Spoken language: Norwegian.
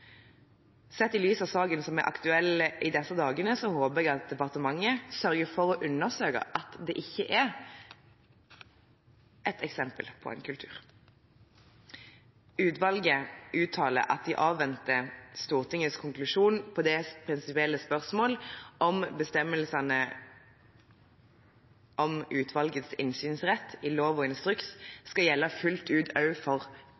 Sett i lys av saken som er aktuell i disse dager, håper jeg at departementet sørger for å undersøke at det ikke er et eksempel på en kultur. Utvalget uttaler at de avventer Stortingets konklusjon på det prinsipielle spørsmålet om bestemmelsene om utvalgets innsynsrett i lov og instruks skal gjelde fullt ut også for